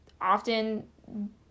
often